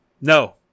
no